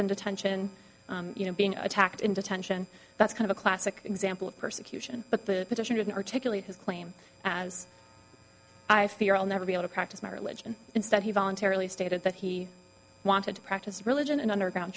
and detention you know being attacked in detention that's kind of a classic example of persecution but the position didn't articulate his claim as i fear i'll never be able to practice my religion instead he voluntarily stated that he wanted to practice religion in underground